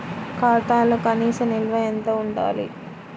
ఖాతాలో కనీస నిల్వ ఎంత ఉండాలి?